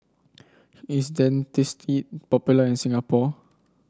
is Dentiste popular in Singapore